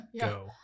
go